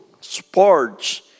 sports